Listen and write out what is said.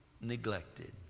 neglected